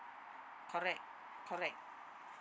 correct correct